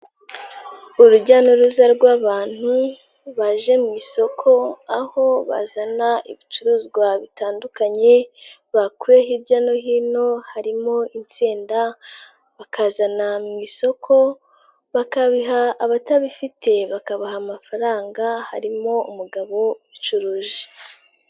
Urujya n'uruza rw'abantu baje mu isoko aho bazana ibicuruzwa bitandukanye bakuye hirya no hino harimo insenda, bakazana mu isoko bakabiha abatabifite, bakabaha amafaranga harimo umugabo ubicuruje.